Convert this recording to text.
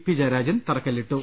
P Jayarajan തറക്കല്പിട്ടു